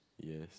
yes